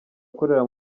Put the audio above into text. akorera